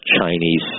Chinese